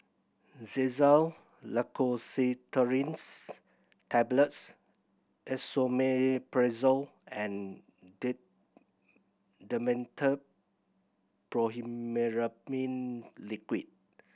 Xyzal Levocetirizine Tablets Esomeprazole and Dimetapp Brompheniramine Liquid